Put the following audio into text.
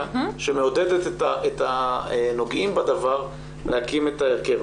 שמעודדת את הנוגעים בדבר להקים את ההרכב.